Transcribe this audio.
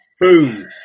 boom